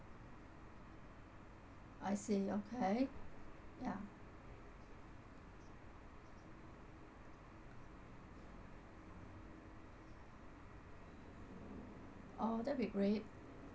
I see okay ya oh that'll be great